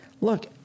look